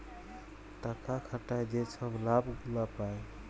টাকা খাটায় যে ছব লাভ গুলা পায়